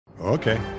Okay